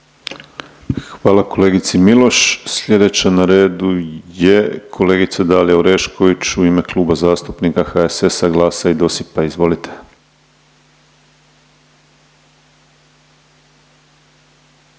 Hvala kolegici Miloš. Sljedeća na redu je kolegica Dalija Orešković u ime Kluba zastupnika HSS-a, GLAS-a i DOSIP-a, izvolite.